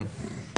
כן.